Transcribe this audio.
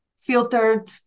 filtered